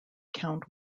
count